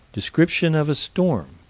description of a storm,